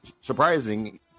surprising